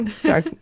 Sorry